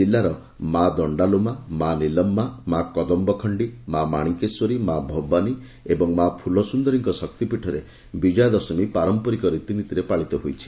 କିଲ୍ପାର ମା ଦଣ୍ତାଲୁମା ମା' ନିଲମ୍ମା ମା' କଦମ୍ମଖଣି ମା' ମାଣିକେଶ୍ୱରୀ ମା' ଭବାନୀ ଏବଂ ମା' ଫୁଲସୁନ୍ଦରୀଙ୍କ ଶକ୍ତିପୀଠରେ ବିଜୟା ଦଶମୀ ପାରମ୍ମରିକ ରୀତିନୀତିରେ ପାଳିତ ହୋଇଛି